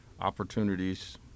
opportunities